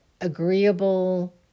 agreeable